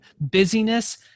busyness